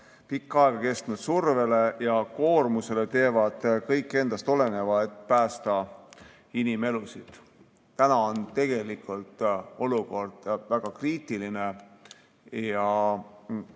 pikka aega kestnud survele ja koormusele teevad kõik endast oleneva, et päästa inimelusid. Olukord on tegelikult väga kriitiline.